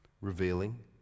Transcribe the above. revealing